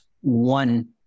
one